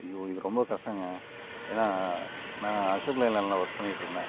ஐயோ இது ரொம்ப கஷ்டம்ங்க ஏன்னா நான் அசோக் லைலேண்ட்ல ஒர்க் பண்ணிட்டுருந்தேன்